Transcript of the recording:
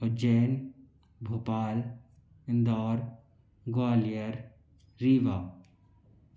Ujjain Bhopal Indore Gwalior Rewa